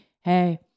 hey